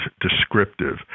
descriptive